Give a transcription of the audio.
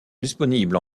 disponibles